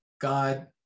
God